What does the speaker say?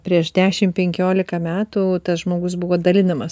prieš dešim penkiolika metų tas žmogus buvo dalinamas